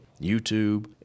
YouTube